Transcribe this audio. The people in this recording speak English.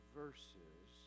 verses